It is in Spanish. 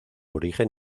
origen